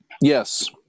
Yes